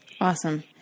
Awesome